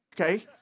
okay